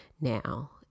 Now